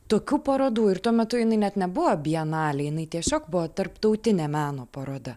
tokių parodų ir tuo metu jinai net nebuvo bienalė jinai tiesiog buvo tarptautinė meno paroda